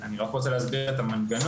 אני רק רוצה להסביר את המנגנון: